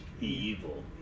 evil